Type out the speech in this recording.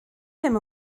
ddim